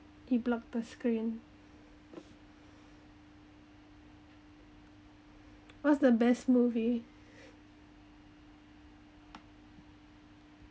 you block the screen what's the best movie